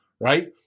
right